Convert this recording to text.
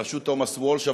בראשות תומס וולש.